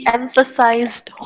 emphasized